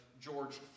George